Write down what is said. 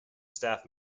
staff